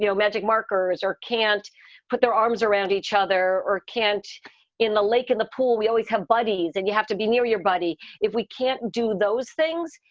magic markers or can't put their arms around each other or can't in the lake, in the pool, we always have buddies and you have to be near your buddy. if we can't do those things,